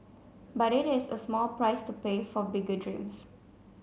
but it is a small price to pay for bigger dreams